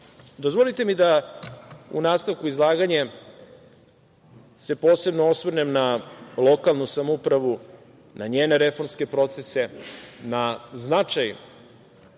komisije. Dozvolite mi da u nastavku izlaganja se posebno osvrnem na lokalnu samoupravu, na njene reformske procese, na značaj